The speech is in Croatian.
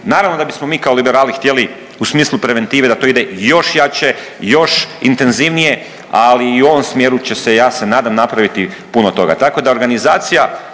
Naravno da bismo mi kao Liberali htjeli u smislu preventive da to ide još jače, još intenzivnije, ali i u ovom smjeru će se ja se nadam napraviti puno toga.